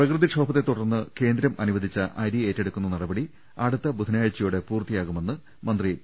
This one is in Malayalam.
പ്രകൃതിക്ഷോഭത്തെത്തുടർന്ന് കേന്ദ്രം അനുവദിച്ച അരി ഏറ്റെടുക്കുന്ന നടപടി അടുത്ത ബുധനാഴ്ചയോടെ പൂർത്തി യാകുമെന്ന് മന്ത്രി പി